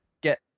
get